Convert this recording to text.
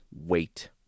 wait